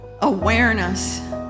awareness